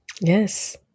Yes